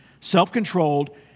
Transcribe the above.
Self-controlled